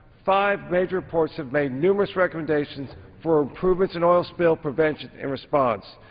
five major ports have made numerous recommendations for improvements in oil spill prevention in response.